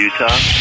Utah